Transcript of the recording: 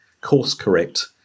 course-correct